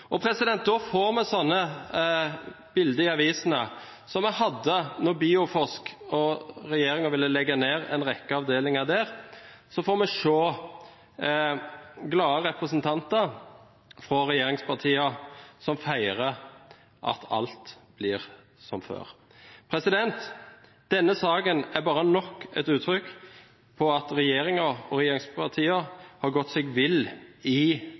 Da får vi slike bilder i avisene som vi hadde da regjeringen ville legge ned en rekke avdelinger i Bioforsk, hvor vi fikk se glade representanter fra regjeringspartiene som feirer at alt blir som før. Denne saken er nok et uttrykk for at regjeringen og regjeringspartiene har gått seg vill i